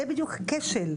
זה בדיוק הכשל.